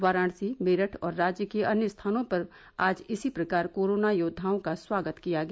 वाराणसी मेरठ और राज्य के अन्य स्थानों पर आज इसी प्रकार कोरोना योद्वाओं का स्वागत किया गया